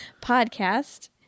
podcast